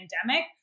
pandemic